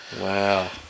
Wow